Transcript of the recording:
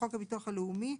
לחוק הביטוח הלאומי,